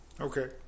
Okay